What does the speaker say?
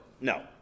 No